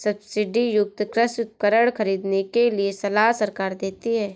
subsidy युक्त कृषि उपकरण खरीदने के लिए सलाह सरकार देती है